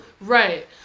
Right